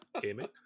gaming